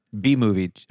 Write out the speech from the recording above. B-movie